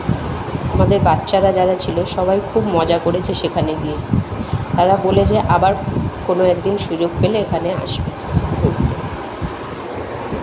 আমাদের বাচ্চারা যারা ছিল সবাই খুব মজা করেছে সেখানে গিয়ে তারা বলেছে আবার কোনো একদিন সুযোগ পেলে এখানে আসবে